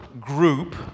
group